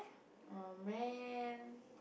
oh man